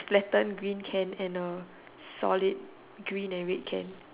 flatten green can and a solid green and red can